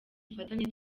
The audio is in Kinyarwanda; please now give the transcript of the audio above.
bufatanye